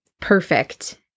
perfect